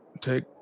take